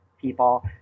people